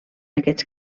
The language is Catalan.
aquests